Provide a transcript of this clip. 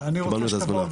קיבלנו את ההזמנה.